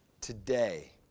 Today